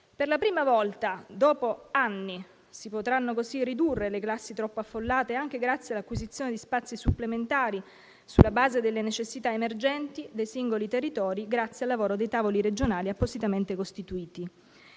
Per la prima volta dopo anni si potranno così ridurre le classi troppo affollate, anche grazie all'acquisizione di spazi supplementari sulla base delle necessità emergenti dei singoli territori, grazie al lavoro dei tavoli regionali appositamente costituiti.